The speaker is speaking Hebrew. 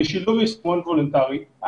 בשילוב יישומון וולונטרי,